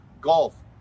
Golf